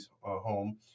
home